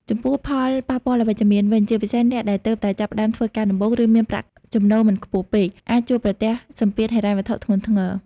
ចំពោះ ផលប៉ះពាល់អវិជ្ជមានវិញ ជាពិសេសអ្នកដែលទើបតែចាប់ផ្ដើមធ្វើការដំបូង ឬមានប្រាក់ចំណូលមិនខ្ពស់ពេក អាចជួបប្រទះសម្ពាធហិរញ្ញវត្ថុធ្ងន់ធ្ងរ។